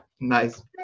nice